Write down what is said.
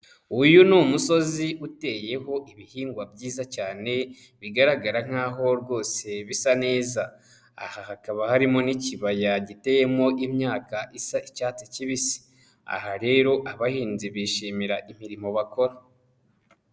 Uyu ni umusozi uteyeho ibihingwa byiza cyane, bigaragara nkaho rwose bisa neza, aha hakaba harimo n'ikibaya giteyemo imyaka isa icyatsi kibisi, aha rero abahinzi bishimira imirimo bakora.